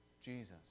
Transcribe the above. Jesus